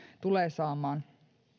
tulee saamaan